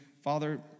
Father